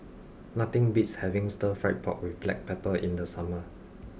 nothing beats having stir fried pork with black pepper in the summer